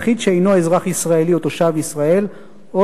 יחיד שאינו אזרח ישראלי או תושב ישראל או